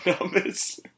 numbers